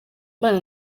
mbana